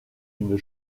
une